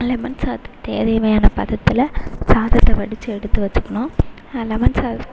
lemon சாதத்துக்கு தேவையான பதத்தில் சாதத்தை வடித்து எடுத்து வச்சுக்கணும் லெமன் சாதம்